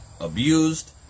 abused